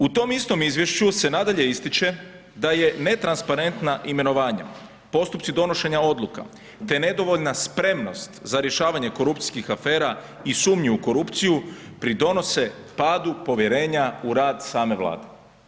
U tom istom izvješću se nadalje ističe da je netransparentna imenovanja, postupci donošenja odluka, te nedovoljna spremnost za rješavanje korupcijskih afera i sumnju u korupciju pridonose padu povjerenja u rad same vlade.